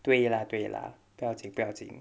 对 lah 对 lah 不要紧不要紧